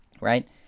right